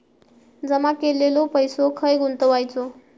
जमा केलेलो पैसो खय गुंतवायचो?